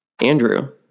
Andrew